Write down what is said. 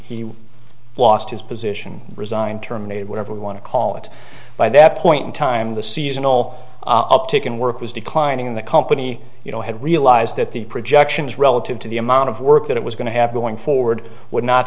he lost his position resigned terminated whatever you want to call it by that point in time the seasonal uptick in work was declining in the company you know had realized that the projections relative to the amount of work that it was going to have going forward would not